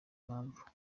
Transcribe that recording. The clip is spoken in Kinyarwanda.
mpamvu